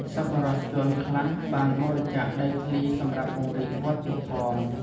សប្បុរសជនខ្លះបានបរិច្ចាគដីធ្លីសម្រាប់ពង្រីកវត្តទៀតផង។